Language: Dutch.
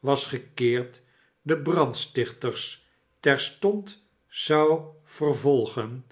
was gekeerd de brandstichters terstond zou vervolgen